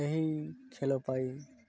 ଏହି ଖେଳ ପାଇଁ